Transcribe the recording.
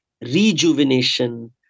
rejuvenation